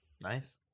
Nice